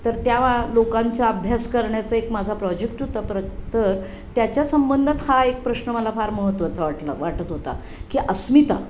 तर त्या लोकांचा अभ्यास करण्याचा एक माझा प्रॉजेक्ट होता परत तर त्याच्या संबंधत हा एक प्रश्न मला फार महत्त्वाचा वाटला वाटत होता की अस्मिता